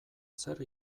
zer